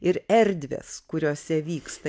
ir erdvės kuriose vyksta